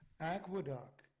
Aqueduct